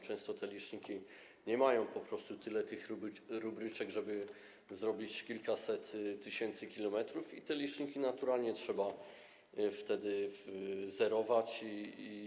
Często te liczniki nie mają po prostu tylu rubryczek, żeby można było zrobić kilkaset tysięcy kilometrów, i te liczniki naturalnie trzeba wtedy zerować.